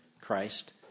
Christ